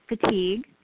fatigue